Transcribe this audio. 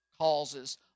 causes